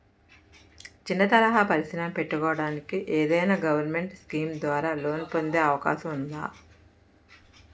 చిన్న తరహా పరిశ్రమ పెట్టుకోటానికి ఏదైనా గవర్నమెంట్ స్కీం ద్వారా లోన్ పొందే అవకాశం ఉందా?